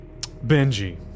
Benji